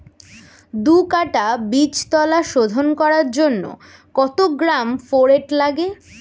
দু কাটা বীজতলা শোধন করার জন্য কত গ্রাম ফোরেট লাগে?